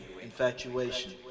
Infatuation